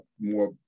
more